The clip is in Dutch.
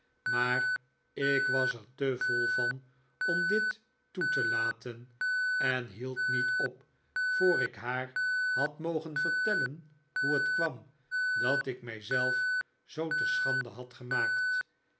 maar ik was er te vol van om dit toe te laten en hield niet op voor ik haar had mogen vertellen hoe het kwam dat ik mijzelf zoo te schande had gemaakt